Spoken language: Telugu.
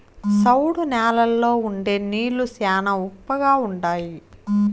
సౌడు న్యాలల్లో ఉండే నీళ్లు శ్యానా ఉప్పగా ఉంటాయి